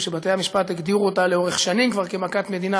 שבתי-המשפט הגדירו אותה לאורך שנים כבר כמכת מדינה,